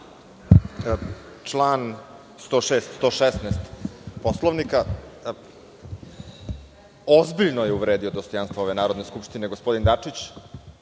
i 116. Poslovnika. Ozbiljno je uvredio dostojanstvo Narodne skupštine gospodin Dačić.